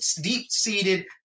deep-seated